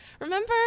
Remember